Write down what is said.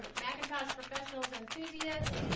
macintosh professionals enthusiasts